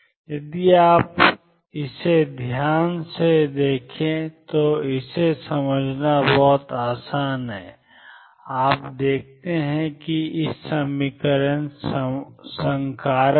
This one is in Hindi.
यदि आप इसे ध्यान से देखें तो इसे समझना बहुत आसान है आप देखते हैं कि i ∂x p संकारक है